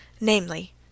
namely